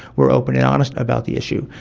we are open and honest about the issue.